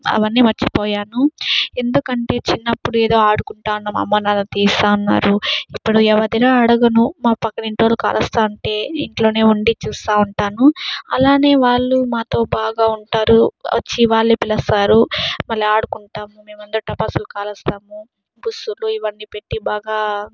అవన్నీ మర్చిపోయాను ఎందుకంటే చిన్నప్పుడు ఏదో ఆడుకుంటాం అమ్మ నాన్న తీస్తా అన్నారు ఇప్పుడు ఎవరైనా అడగను మా పక్క ఇంట్లోవాళ్లు కలుస్తా అంటే ఇంట్లోనే ఉండి చూస్తా ఉంటాను అలానే వాళ్ళు మాతో బాగా ఉంటారు వచ్చి వాళ్లే పిలుస్తారు మళ్లీ ఆడుకుంటాము మేమందరము టపాసులు కాలస్తాము బుర్సులు ఇవన్నీ పెట్టి బాగా